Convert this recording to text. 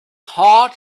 heart